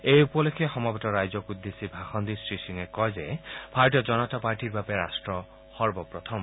এই উপলক্ষে সমবেত ৰাইজক উদ্দেশ্যি ভাষণ দি শ্ৰীসিঙে কয় যে ভাৰতীয় জনতা পাৰ্টীৰ বাবে ৰাট্ট সৰ্বপ্ৰথম